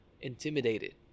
intimidated